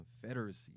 Confederacy